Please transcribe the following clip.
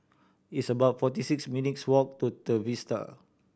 it's about forty six minutes' walk to Trevista